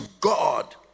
God